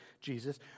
Jesus